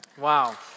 Wow